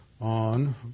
on